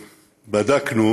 שבדקנו,